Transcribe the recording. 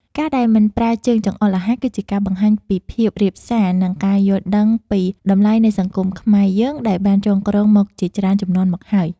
ការដែលមិនប្រើជើងចង្អុលអាហារគឺជាការបង្ហាញពីភាពរាបសារ និង ការយល់ដឹងពីតម្លៃនៃសង្គមខ្មែរយើងដែលបានចងក្រងមកជាច្រើនជំនាន់មកហើយ។